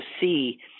see